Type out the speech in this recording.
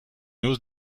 hausse